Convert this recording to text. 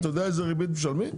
אתה יודע איזה ריבית משלמים?